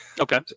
Okay